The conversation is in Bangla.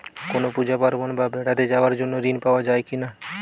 কোনো পুজো পার্বণ বা বেড়াতে যাওয়ার জন্য ঋণ পাওয়া যায় কিনা?